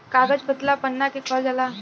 कागज पतला पन्ना के कहल जाला